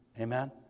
Amen